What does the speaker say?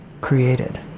created